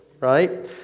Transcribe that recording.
right